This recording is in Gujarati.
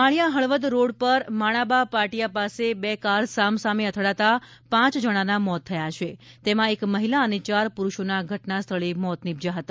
માળીયા હળવદ રોડ પર માણાબા પાટિયા પાસે બે કાર સામસામે અથડાતાં પાંચ જણાના મોત થયાં છે તેમાં એક મહિલા અને ચાર પુરૂષોનાં ઘટના સ્થળે મોત નીપજ્યાં હતા